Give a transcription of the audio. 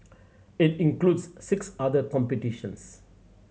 it includes six other competitions